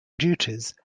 duties